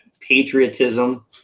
patriotism